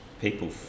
people